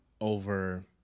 over